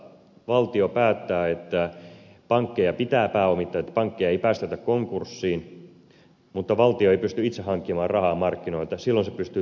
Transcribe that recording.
kun valtio päättää että pankkeja pitää pääomittaa että pankkeja ei päästetä konkurssiin mutta valtio ei pysty itse hankkimaan rahaa markkinoilta silloin se pystyy turvautumaan tähän